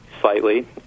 slightly